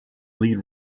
lead